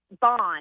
bond